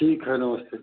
ठीक है नमस्ते